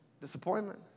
Disappointment